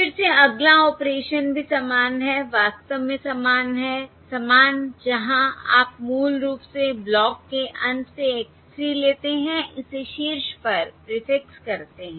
फिर से अगला ऑपरेशन भी समान है वास्तव में समान है समान जहां आप मूल रूप से ब्लॉक के अंत से x 3 लेते हैं इसे शीर्ष पर प्रीफिक्स करते हैं